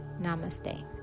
namaste